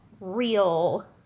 real